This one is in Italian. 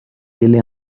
delle